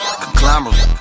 conglomerate